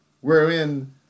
wherein